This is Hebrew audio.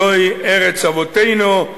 זוהי ארץ אבותינו.